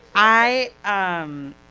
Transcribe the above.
i, um,